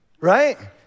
right